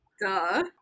Duh